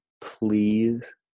please